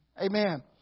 Amen